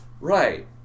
Right